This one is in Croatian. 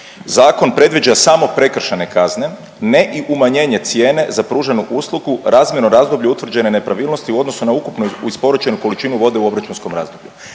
Zakon predviđa samo prekršajne kazne, ne i umanjenje cijene za pruženu uslugu razmjerno razdoblju utvrđene nepravilnosti u odnosu na ukupno isporučenu količinu vode u obračunskom razdoblju.